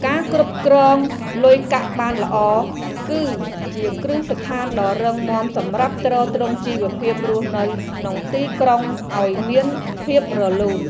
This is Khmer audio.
ការគ្រប់គ្រងលុយកាក់បានល្អ គឺជាគ្រឹះស្ថានដ៏រឹងមាំសម្រាប់ទ្រទ្រង់ជីវភាពរស់នៅក្នុងទីក្រុងឱ្យមានភាពរលូន។